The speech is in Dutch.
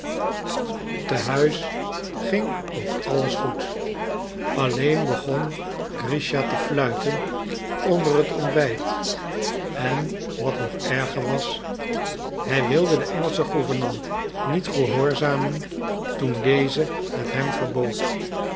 te huis ging ook alles goed alleen begon grischa te fluiten onder het ontbijt en wat nog erger was hij wilde de engelsche gouvernante niet gehoorzamen toen deze het hem verbood